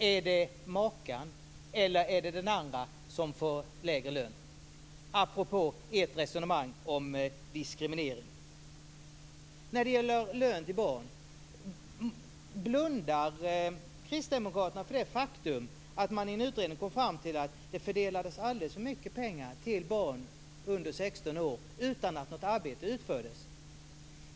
Är det maken/makan eller är det den andra som får lägre lön - detta apropå ert resonemang som diskriminering? Blundar Kristdemokraterna för det faktum att man i en utredning kom fram till att det fördelades alldeles för mycket pengar till barn under 16 år utan att något arbete utfördes?